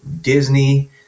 Disney